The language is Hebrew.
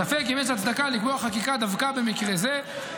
ספק אם יש הצדקה לקבוע חקיקה דווקא במקרה זה,